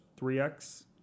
3x